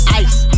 ice